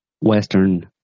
Western